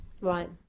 Right